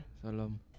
Salam